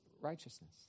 righteousness